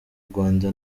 rwanda